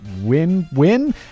win-win